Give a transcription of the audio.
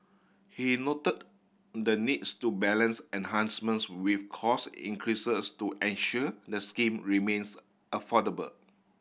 he noted the needs to balance enhancements with cost increases to ensure the scheme remains affordable